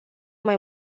mai